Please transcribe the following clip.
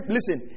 Listen